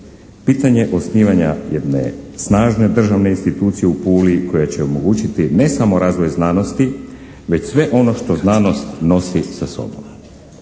Pitanje osnivanja jedne snažne državne institucije u Puli koja će omogućiti ne samo razvoj znanosti već sve ono što znanost nosi sa sobom.